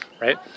right